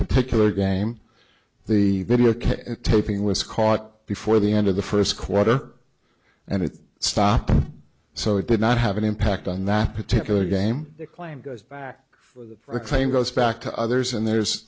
particular game the video ok taping was caught before the end of the first quarter and it stopped so it did not have an impact on that particular game the claim goes back for the claim goes back to others and there's